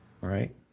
Right